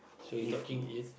if